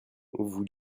vous